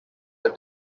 the